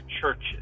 churches